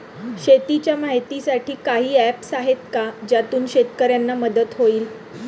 शेतीचे माहितीसाठी काही ऍप्स आहेत का ज्यातून शेतकऱ्यांना मदत होईल?